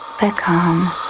become